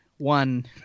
One